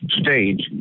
stage